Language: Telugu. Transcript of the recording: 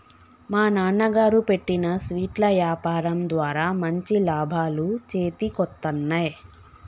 మా నాన్నగారు పెట్టిన స్వీట్ల యాపారం ద్వారా మంచి లాభాలు చేతికొత్తన్నయ్